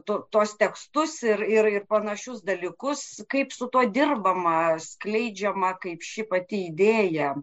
tu tuos tekstus ir ir panašius dalykus kaip su tuo dirbama skleidžiama kaip ši pati idėja